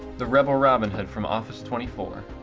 the rebel robin hood from office twenty four.